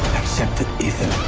accept it, ethan,